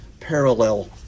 parallel